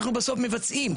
אנחנו בסוף מבצעים,